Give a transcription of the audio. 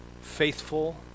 faithful